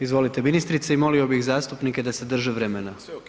Izvolite ministrice i molio bih zastupnike da se drže vremena.